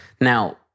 Now